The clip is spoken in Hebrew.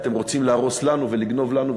אתם רוצים להרוס לנו ולגנוב לנו,